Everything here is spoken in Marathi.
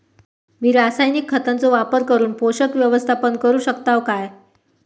मी रासायनिक खतांचो वापर करून पोषक व्यवस्थापन करू शकताव काय?